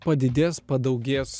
padidės padaugės